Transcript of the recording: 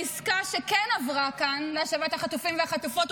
העסקה שכן עברה כאן להשבת החטופים והחטופות,